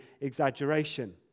exaggeration